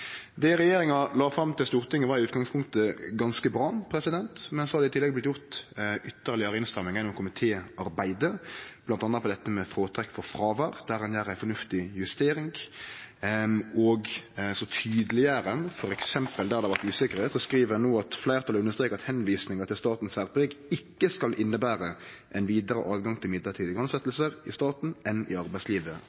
Det regjeringa la fram for Stortinget, var i utgangspunktet ganske bra, men så har det i tillegg vorte gjort ytterlegare innstrammingar gjennom komitéarbeidet, bl.a. når det gjeld fråtrekk for fråvær, der ein gjer ei fornuftig justering. Ein tydeleggjer òg – f.eks. der det har vore usikkerheit, skriv ein no: «Flertallet understreker at henvisningen til at statens særpreg ikke skal innebære en videre adgang til midlertidige